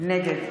נגד